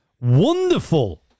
wonderful